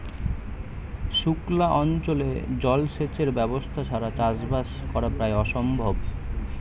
সুক্লা অঞ্চলে জল সেচের ব্যবস্থা ছাড়া চাষবাস করা প্রায় অসম্ভব